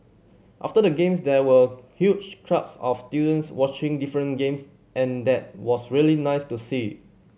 after the Games there were huge crowds of students watching different games and that was really nice to see